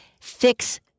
fix